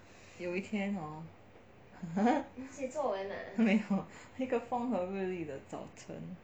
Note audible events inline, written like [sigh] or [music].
有一天 hor [laughs] 没有一个风和日丽的早晨